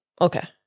Okay